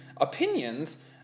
opinions